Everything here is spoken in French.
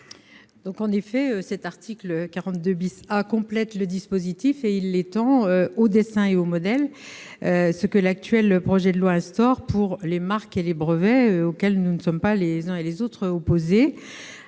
? En effet, cet article 42 A complète le dispositif en étendant aux dessins et aux modèles ce que l'actuel projet de loi instaure pour les marques et les brevets et auquel nous ne sommes pas, les uns et les autres, opposés.